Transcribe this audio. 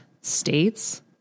states